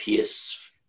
PS